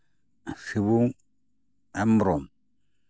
Sibu Hembrom